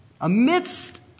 Amidst